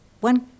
one